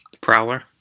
Prowler